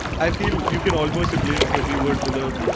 i feel you can almost replace every word with a